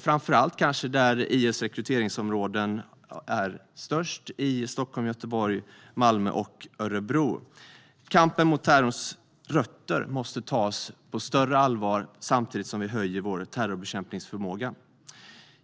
framför allt kanske där IS rekryteringsområden är störst, i Stockholm, Göteborg, Malmö och Örebro. Kampen mot terrorns rötter måste tas på större allvar samtidigt som vi höjer vår terrorbekämpningsförmåga.